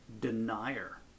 denier